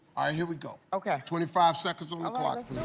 here we go. okay. twenty five seconds on on the clock,